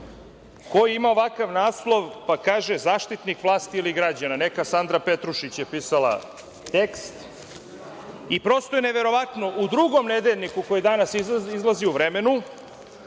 Ko ima ovakav naslov, pa kaže – zaštitnik vlasti ili građana, neka Sandra Petrušić je pisala tekst. Prosto je neverovatno, u drugom nedeljniku koji danas izlazi, u „Vremenu“